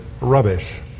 rubbish